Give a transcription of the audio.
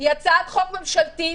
היא הצעת חוק ממשלתית,